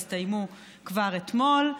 הסתיימו כבר אתמול.